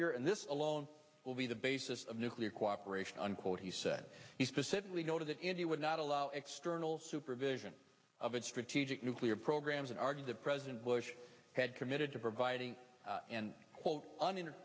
year and this alone will be the basis of nuclear cooperation unquote he said he specifically noted that india would not allow external supervision of its strategic nuclear programs and argued that president bush had committed to providing and